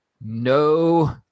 no